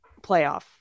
playoff